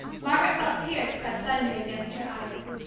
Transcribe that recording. margaret felt tears press suddenly against her eyes.